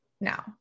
Now